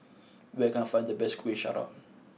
where can I find the best Kuih Syara